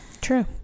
true